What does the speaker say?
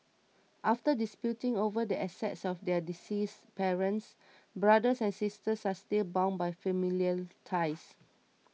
after disputing over the assets of their deceased parents brothers and sisters are still bound by familial ties